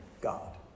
God